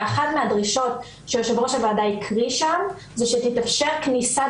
ואחת מהדרישות שיושב-ראש הוועדה הקריא שם זה שתתאפשר כניסת